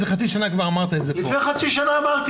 כבר לפני חצי שנה אמרת את זה.